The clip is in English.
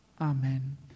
Amen